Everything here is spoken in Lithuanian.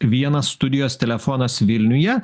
vienas studijos telefonas vilniuje